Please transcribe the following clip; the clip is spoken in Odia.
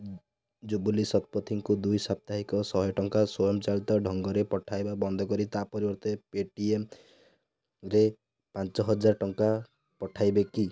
ଜୁବ୍ଲି ଶତପଥୀଙ୍କୁ ଦ୍ୱିସାପ୍ତାହିକ ଶହେ ଟଙ୍କା ସ୍ୱୟଂ ଚାଳିତ ଢଙ୍ଗରେ ପଠାଇବା ବନ୍ଦ କରି ତା' ପରିବର୍ତ୍ତେ ପେଟିଏମ୍ରେ ପାଞ୍ଚହଜାର ଟଙ୍କା ପଠାଇବେ କି